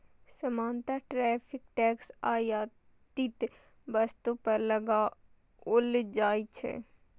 सामान्यतः tariff tax आयातित वस्तु पर लगाओल जाइ छै